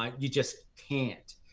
um you just can't.